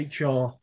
hr